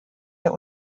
der